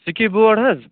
skip board حظ